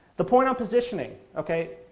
the point i'm positioning, okay,